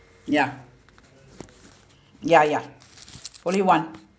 ya ya ya only one